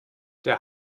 der